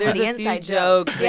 the inside jokes.